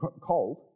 cold